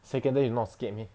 second day you not scared meh